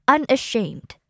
Unashamed